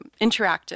interactive